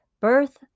birth